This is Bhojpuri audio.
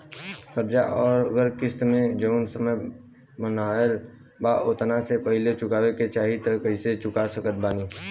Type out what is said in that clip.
कर्जा अगर किश्त मे जऊन समय बनहाएल बा ओतना से पहिले चुकावे के चाहीं त कइसे चुका सकत बानी?